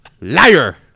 liar